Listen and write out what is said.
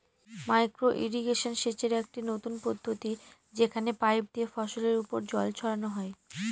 micro irrigation সেচের একটি নতুন পদ্ধতি যেখানে পাইপ দিয়ে ফসলের ওপর জল ছড়ানো হয়